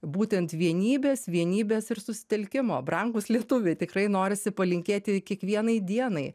būtent vienybės vienybės ir susitelkimo brangūs lietuviai tikrai norisi palinkėti kiekvienai dienai